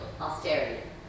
Austerity